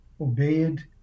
obeyed